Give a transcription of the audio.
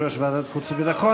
יושב-ראש ועדת החוץ והביטחון.